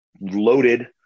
loaded